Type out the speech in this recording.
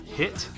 hit